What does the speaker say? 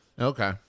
Okay